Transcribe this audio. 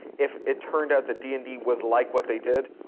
if it turned out that d and d was like what they did?